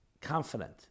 confident